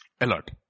Alert